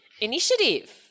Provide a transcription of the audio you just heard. initiative